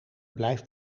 blijf